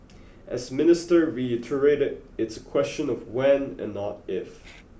as Minister reiterated it's a question of when and not if